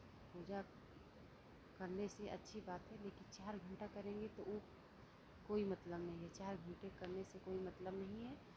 पूजा करने से अच्छी बात है लेकिन चार घंटा करेंगे तो वो कोई मतलब नहीं है चार घंटे करने से कोई मतलब नहीं है